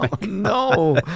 No